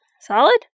Solid